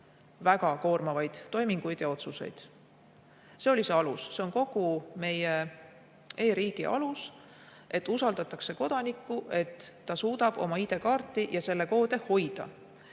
väga koormavaid toiminguid ja otsuseid. See oli see alus. See on kogu meie e-riigi alus, et usaldatakse kodanikku, et ta suudab oma ID-kaarti ja selle koode hoida.